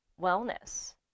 wellness